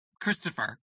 Christopher